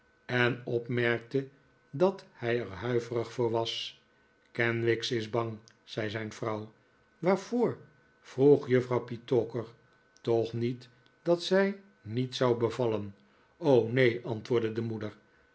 en opmerkte dat hij er huiverig voor was kenwigs is bang zei zijn vrouw waarvoor vroeg juffrouw petowker toch niet dat zij niet zou bevallen neen antwoordde de moeder